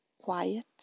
quiet